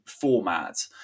format